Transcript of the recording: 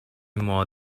more